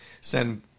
send